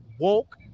woke